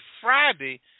Friday